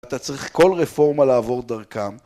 אתה צריך כל רפורמה לעבור דרכם